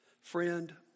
Friend